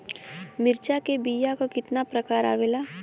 मिर्चा के बीया क कितना प्रकार आवेला?